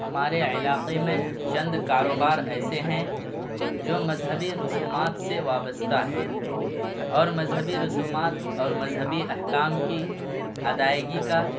ہمارے علاقے میں چند کاروبار ایسے ہیں جو مذہبی رسومات سے وابستہ ہیں اور مذہبی رسومات اور مذہبی احکام کی ادائیگی کا